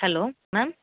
hello ma'am